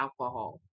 alcohol